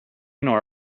nor